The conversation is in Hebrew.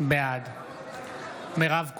בעד מירב כהן,